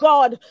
God